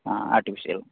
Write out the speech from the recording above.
ಹಾಂ ಆರ್ಟಿಫಿಷಿಯಲ್